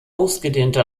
ausgedehnte